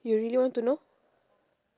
you really want to know